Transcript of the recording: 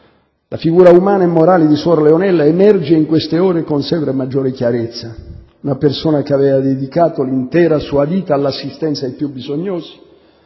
La figura umana e morale di suor Leonella emerge in queste ore con sempre maggiore chiarezza. Una persona che aveva dedicato l'intera sua vita all'assistenza ai più bisognosi,